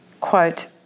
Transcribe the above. Quote